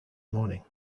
morning